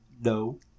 No